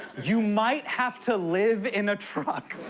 you might have to live in a truck.